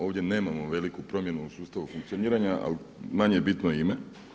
Ovdje nemamo veliku promjenu u sustavu funkcioniranju, ali manje je bitno ime.